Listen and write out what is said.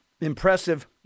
Impressive